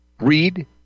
Read